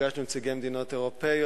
נפגשנו עם נציגי מדינות אירופיות,